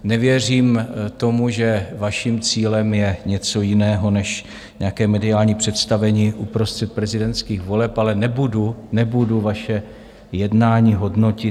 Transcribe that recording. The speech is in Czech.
Nevěřím tomu, že vaším cílem je něco jiného než nějaké mediální představení uprostřed prezidentských voleb, ale nebudu, nebudu vaše jednání hodnotit.